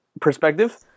perspective